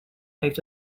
heeft